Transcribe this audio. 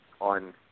on